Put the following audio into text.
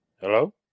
Hello